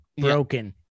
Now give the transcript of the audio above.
broken